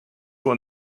what